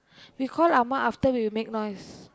we call amma after we make noise